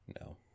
No